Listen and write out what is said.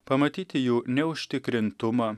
pamatyti jų neužtikrintumą